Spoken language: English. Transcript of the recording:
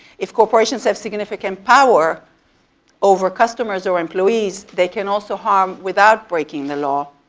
if corporations have significant power over customers or employees, they can also harm without breaking the law.